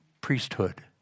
priesthood